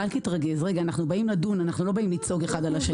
אנחנו לא רוצים